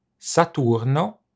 Saturno